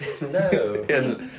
No